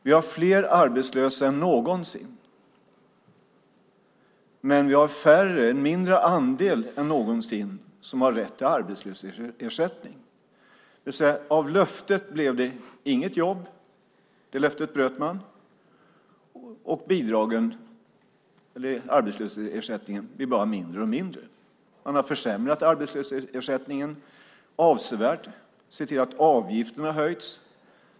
Vi har fler arbetslösa än någonsin, men vi har en mindre andel än någonsin som har rätt till arbetslöshetsersättning. Av löftet blev det inga jobb, och arbetslöshetsersättningen blir bara mindre och mindre. Arbetslöshetsersättningen har försämrats avsevärt. Avgifterna har höjts.